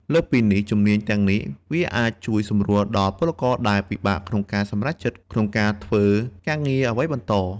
លើសពីនេះជំនាញទាំងនេះវាអាចជួយសម្រួលដល់ពលករដែលពិបាកក្នុងការសម្រេចចិត្តក្នុងការធ្វើការងារអ្វីបន្ត។